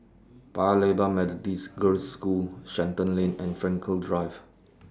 Paya Lebar Methodist Girls' School Shenton Lane and Frankel Drive